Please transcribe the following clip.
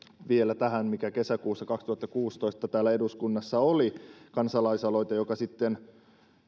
kesäkuussa kaksituhattakuusitoista täällä eduskunnassa oli kansalaisaloite joka sitten